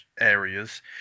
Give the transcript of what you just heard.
areas